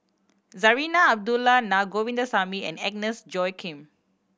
Zarinah Abdullah Na Govindasamy and Agnes Joaquim